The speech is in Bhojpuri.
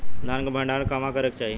धान के भण्डारण कहवा करे के चाही?